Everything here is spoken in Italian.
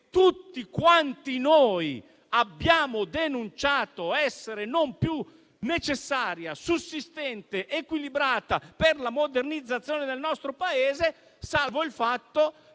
tutti quanti noi abbiamo denunciato essere non più necessaria, sussistente, equilibrata per la modernizzazione del nostro Paese; salvo il fatto